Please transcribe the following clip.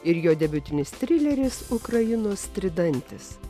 ir jo debiutinis trileris ukrainos tridantis